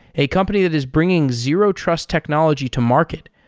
a company that is bringing zero trust technology to market.